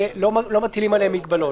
שלא מטילים עליהן מגבלות.